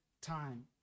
time